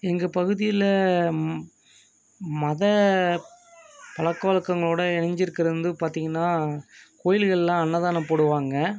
எங்கள் பகுதியில் மத பழக்க வழக்கங்களோட இணைஞ்சி இருக்கிறது வந்து பார்த்தீங்கன்னா கோயிலுகளெல்லாம் அன்னதானம் போடுவாங்க